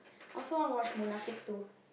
also I watch Munafik-two